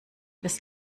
des